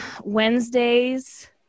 Wednesdays